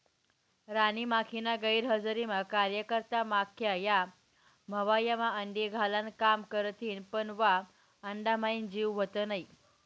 राणी माखीना गैरहजरीमा कार्यकर्ता माख्या या मव्हायमा अंडी घालान काम करथिस पन वा अंडाम्हाईन जीव व्हत नै